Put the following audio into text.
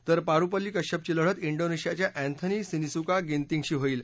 तर पारुपल्ली कश्यपची लढत इंडोनशियाच्या अँथनी सिनिसुका गिनतिंगशी होईल